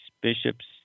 bishops